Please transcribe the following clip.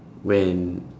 when